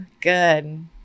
good